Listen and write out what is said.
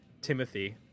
Timothy